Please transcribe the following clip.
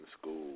school